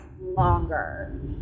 longer